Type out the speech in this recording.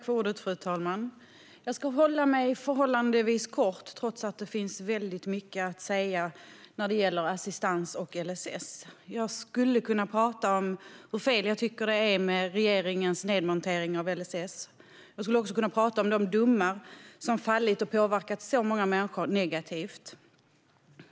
Fru talman! Jag ska fatta mig förhållandevis kort trots att det finns väldigt mycket att säga när det gäller assistans och LSS. Jag skulle kunna prata om hur fel jag tycker det är med regeringens nedmontering av LSS. Jag skulle också kunna prata om de domar som fallit och påverkat så många människor negativt.